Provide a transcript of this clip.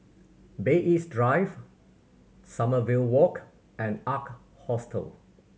Bay East Drive Sommerville Walk and Ark Hostel